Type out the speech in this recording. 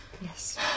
Yes